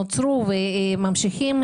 נוצרו וממשיכים